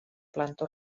planta